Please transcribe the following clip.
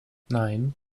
nein